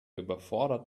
überfordert